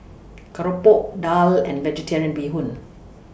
Keropok Daal and Vegetarian Bee Hoon